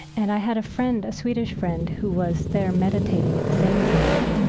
and i had a friend, a swedish friend, who was there meditating at the same time.